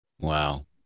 Wow